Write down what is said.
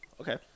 okay